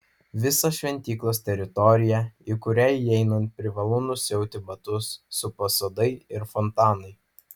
visą šventyklos teritoriją į kurią įeinant privalu nusiauti batus supa sodai ir fontanai